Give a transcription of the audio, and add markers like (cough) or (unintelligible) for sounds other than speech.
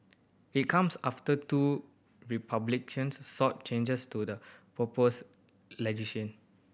it comes after two Republicans sought changes to the proposed (unintelligible)